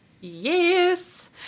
Yes